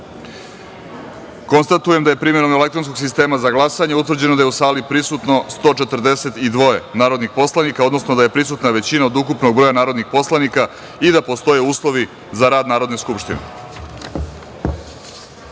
glasanje. Konstatujem da je primenom elektronskog sistema za glasanje, utvrđeno da su u sali prisutna 142 narodna poslanika, odnosno da je prisutna većina od ukupnog broja narodnih narodnih poslanika i da postoje uslovi za rad Narodne